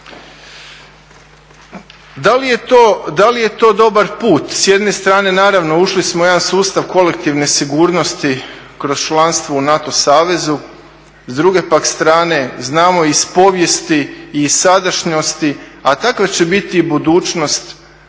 Da li je to dobar put,